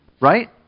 right